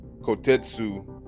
Kotetsu